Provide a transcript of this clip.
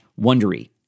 wondery